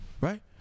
right